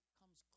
comes